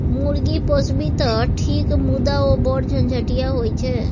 मुर्गी पोसभी तँ ठीक मुदा ओ बढ़ झंझटिया होए छै